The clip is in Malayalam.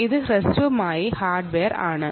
ഇത് ഹ്രസ്വമായി ഹാർഡ്വെയർ ആണ്